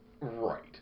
Right